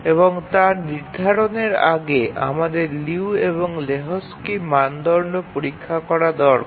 এবং তা নির্ধারণের আগে আমাদের লিউ এবং লেহোকস্কির মানদণ্ড পরীক্ষা করা দরকার